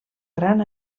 gran